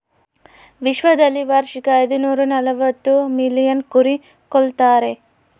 ವಿಶ್ವದಲ್ಲಿ ವಾರ್ಷಿಕ ಐದುನೂರನಲವತ್ತು ಮಿಲಿಯನ್ ಕುರಿ ಕೊಲ್ತಾರೆ